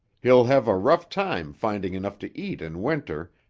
he'll have a rough time finding enough to eat in winter,